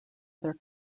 other